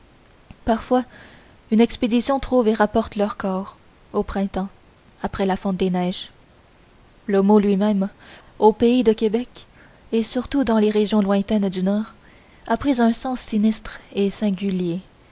parfois une expédition trouve et rapporte leurs corps au printemps après la fonte des neiges le mot lui-même au pays de québec et surtout dans les régions lointaines du nord a pris un sens sinistre et singulier